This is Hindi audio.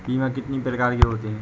बीमा कितनी प्रकार के होते हैं?